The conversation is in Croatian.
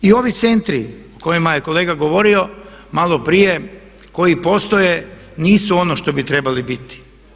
I ovi centri o kojima je kolega govorio malo prije, koji postoje nisu ono što bi trebali biti.